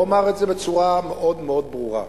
ואומר את זה בצורה מאוד ברורה: